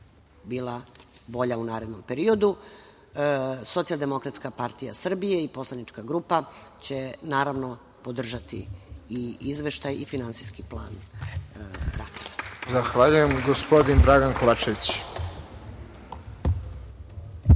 bila bolja u narednom periodu. Socijaldemokratska partija Srbije i poslanička grupa će naravno podržati i izveštaj i finansijski plan. **Radovan Tvrdišić** Zahvaljujem. Reč ima gospodin Dragan Kovačević. **Dragan